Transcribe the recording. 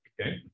Okay